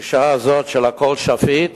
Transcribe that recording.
הגישה הזאת של הכול שפיט